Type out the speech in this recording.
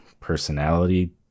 personality